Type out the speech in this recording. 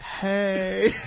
Hey